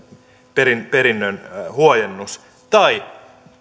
perinnön huojennus tai